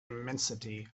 immensity